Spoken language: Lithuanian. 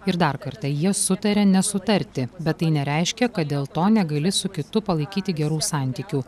ir dar kartą jie sutarė nesutarti bet tai nereiškia kad dėl to negali su kitu palaikyti gerų santykių